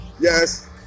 Yes